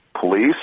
police